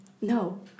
no